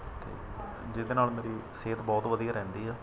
ਅਤੇ ਜਿਹਦੇ ਨਾਲ ਮੇਰੀ ਸਿਹਤ ਬਹੁਤ ਵਧੀਆ ਰਹਿੰਦੀ ਆ